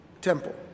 temple